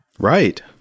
Right